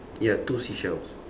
ya two seashells